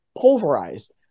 pulverized